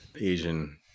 Asian